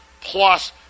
plus